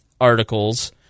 articles